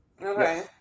Okay